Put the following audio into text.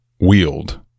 wield